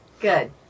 Good